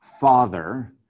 father